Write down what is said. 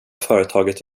företaget